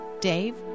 Dave